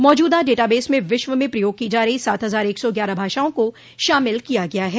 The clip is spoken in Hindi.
मौजूदा डेटाबेस में विश्व में प्रयोग की जा रही सात हजार एक सौ ग्यारह भाषाओं को शामिल किया गया है